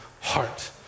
heart